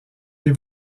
des